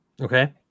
Okay